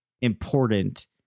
important